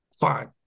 fine